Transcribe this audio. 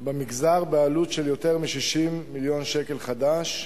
במגזר בעלות של יותר מ-60 מיליון שקל חדש,